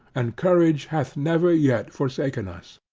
and courage hath never yet forsaken us.